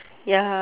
ya